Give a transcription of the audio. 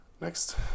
next